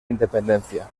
independencia